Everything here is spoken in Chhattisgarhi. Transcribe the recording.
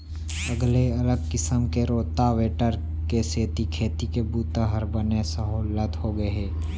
अगले अलग किसम के रोटावेटर के सेती खेती के बूता हर बने सहोल्लत होगे हे